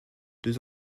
deux